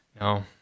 No